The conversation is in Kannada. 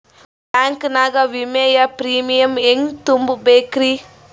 ಬ್ಯಾಂಕ್ ನಾಗ ವಿಮೆಯ ಪ್ರೀಮಿಯಂ ಹೆಂಗ್ ತುಂಬಾ ಬೇಕ್ರಿ?